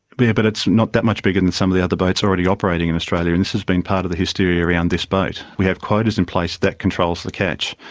but it's not that much bigger than some of the other boats already operating in australia, and this has been part of the hysteria around this boat. we have quotas in place that controls the catch.